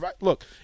look